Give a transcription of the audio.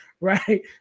right